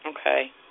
Okay